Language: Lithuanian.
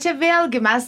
čia vėlgi mes s